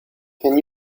can